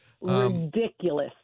Ridiculous